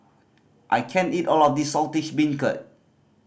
I can't eat all of this Saltish Beancurd